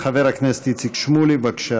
חבר הכנסת איציק שמולי, בבקשה,